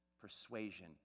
persuasion